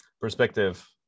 perspective